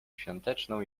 świąteczną